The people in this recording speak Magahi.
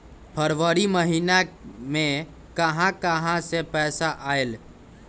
फरवरी महिना मे कहा कहा से पैसा आएल?